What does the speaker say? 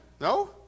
no